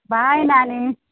by Nani